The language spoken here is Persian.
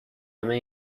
همه